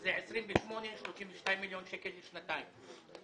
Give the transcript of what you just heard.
שזה 32-28 מיליון שקלים לשנתיים.